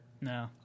no